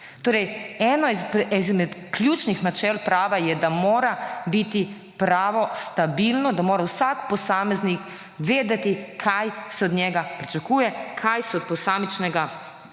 Torej eno izmed ključnih načel pravna je, da mora biti pravo stabilno, da mora vsak posameznik vedeti kaj se od njega pričakuje, kaj se od posamičnega člena pričakuje.